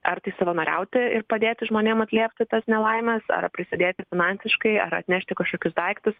ar tai savanoriauti ir padėti žmonėm atliekti tas nelaimes ar prisidėti finansiškai ar atnešti kažkokius daiktus